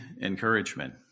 encouragement